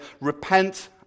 Repent